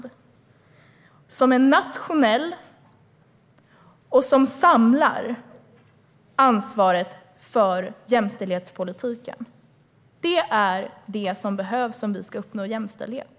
Den ska vara nationell och samla ansvaret för jämställdhetspolitiken. Det är det som behövs om vi ska uppnå jämställdhet.